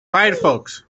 firefox